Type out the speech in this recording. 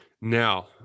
Now